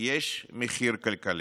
יש מחיר כלכלי.